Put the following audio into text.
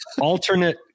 alternate